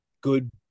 good